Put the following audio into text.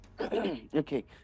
okay